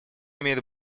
имеет